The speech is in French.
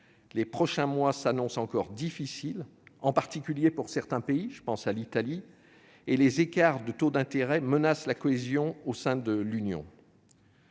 Les prochains mois s'annoncent encore difficiles, en particulier pour certains pays- je pense à l'Italie -et les écarts de taux d'intérêt menacent la cohésion au sein de l'Union.